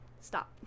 stop